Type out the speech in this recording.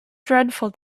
dreadful